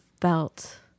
felt